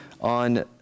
on